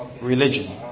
religion